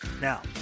Now